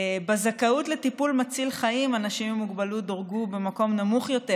בזכאות לטיפול מציל חיים אנשים עם מוגבלות דורגו במקום נמוך יותר,